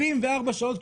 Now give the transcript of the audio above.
74 שעות,